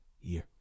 year